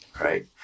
Right